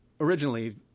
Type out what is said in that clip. originally